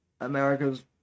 America's